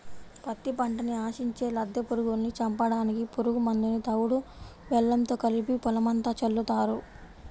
పత్తి పంటని ఆశించే లద్దె పురుగుల్ని చంపడానికి పురుగు మందుని తవుడు బెల్లంతో కలిపి పొలమంతా చల్లుతారు